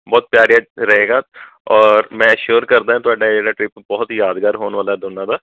ਬਹੁਤ ਪਿਆਰਾ ਰਹੇਗਾ ਔਰ ਮੈਂ ਸ਼ੋਅਰ ਕਰਦਾ ਤੁਹਾਡਾ ਇਹ ਜਿਹੜਾ ਟ੍ਰਿਪ ਬਹੁਤ ਹੀ ਯਾਦਗਾਰ ਹੋਣ ਵਾਲਾ ਦੋਨਾਂ ਦਾ